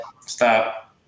stop